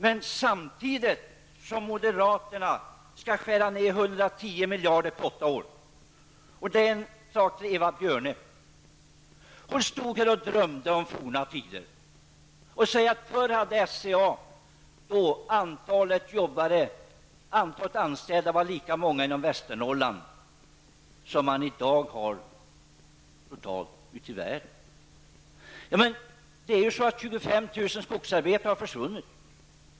Moderaterna skall dock samtidigt skära ned 110 miljarder på 8 år. Det är en kommentar till Eva Björne. Hon stod här och drömde om forna tider. Hon sade att förr hade SCA i Västernorrland lika många anställda som man i dag har totalt ute i världen. 25 000 skogsarbetare har faktiskt försvunnit.